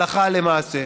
מהלכה למעשה.